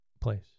place